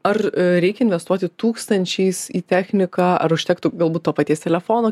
ar reikia investuoti tūkstančiais į techniką ar užtektų galbūt to paties telefono